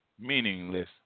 meaningless